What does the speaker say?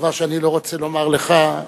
דבר שאני לא רוצה לומר לך.